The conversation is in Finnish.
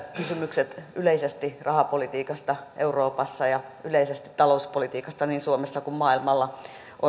kysymykset yleisesti rahapolitiikasta euroopassa ja yleisesti talouspolitiikasta niin suomessa kuin maailmalla